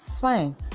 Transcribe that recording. fine